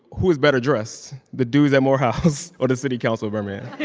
who is better dressed the dudes at morehouse or the city council of birmingham?